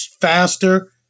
faster